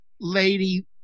lady